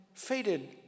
Faded